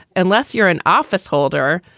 unless you're an officeholder,